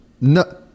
No